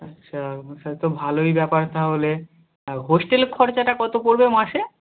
আচ্ছা তাহলে তো ভালোই ব্যাপার তাহলে হোস্টেলের খরচাটা কত পড়বে মাসে